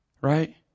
Right